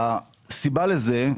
הסיבה לזה,